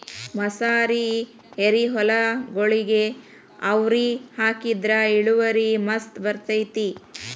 ಮಸಾರಿ ಎರಿಹೊಲಗೊಳಿಗೆ ಅವ್ರಿ ಹಾಕಿದ್ರ ಇಳುವರಿ ಮಸ್ತ್ ಬರ್ತೈತಿ